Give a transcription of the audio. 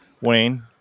Wayne